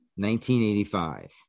1985